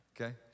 Okay